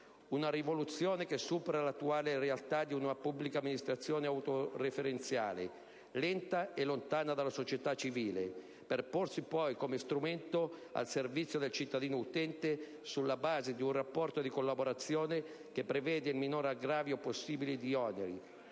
Una rivoluzione che supera l'attuale realtà di una pubblica amministrazione autoreferenziale, lenta e lontana dalla società civile, per porsi come strumento al servizio del cittadino-utente sulla base di un rapporto di collaborazione che prevede il minor aggravio possibile di oneri,